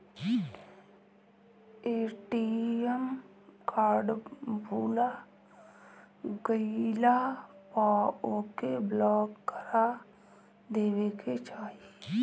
ATM card भूला गईला पअ ओके ब्लाक करा देवे के चाही